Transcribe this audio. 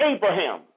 Abraham